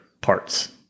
parts